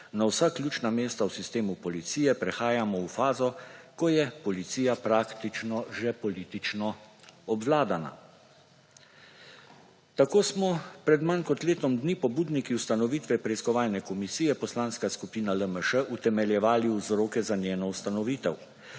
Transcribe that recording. na vsa ključna mesta v sistemu policije prehajamo v fazo, ko je policija praktično že politično obvladana. Tako smo pred manj kot letom dni pobudniki ustanovitve preiskovalne komisije, Poslanska skupina LMŠ, utemeljevali vzroke za njeno ustanovitev.